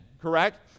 correct